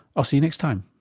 i'll see you next time